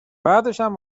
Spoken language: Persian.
بعدشم